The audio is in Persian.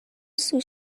سویت